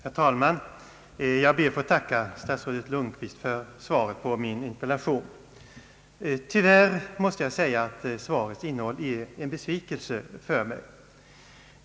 Herr talman! Jag ber att få tacka statsrådet Lundkvist för svaret på min interpellation. Tyvärr måste jag säga att dess innehåll är en besvikelse för mig.